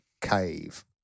Cave